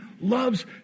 loves